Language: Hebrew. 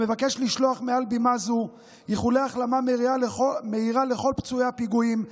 אני מבקש לשלוח מעל במה זו איחולי החלמה מהירה לכל פצועי הפיגועים,